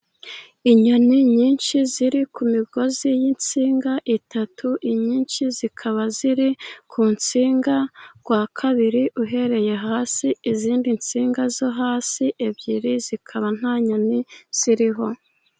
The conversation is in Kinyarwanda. Inyoni nyinshi ziri ku migozi y'insinga eshatu, inyinshi zikaba ziri ku rutsinga rwa kabiri uhereye hasi, izindi nsinga zo hasi ebyiri zikaba nta nyoni ziriho.